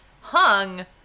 hung